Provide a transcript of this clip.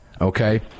okay